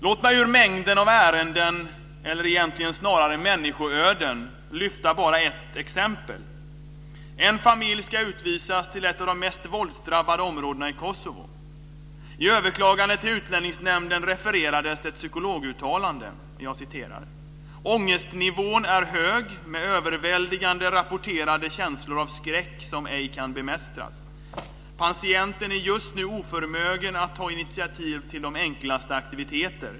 Låt mig ur mängden av ärenden - eller egentligen snarare människoöden - lyfta fram bara ett exempel. En familj ska utvisas till ett av de mest våldsdrabbade områdena i Kosovo. I överklagandet till Utlänningsnämnden refereras ett psykologuttalande: "Ångestnivån är hög med överväldigande rapporterade känslor av skräck som ej kan bemästras. Patienten är just nu oförmögen att ta initiativ till de enklaste aktiviteter.